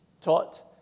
taught